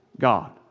God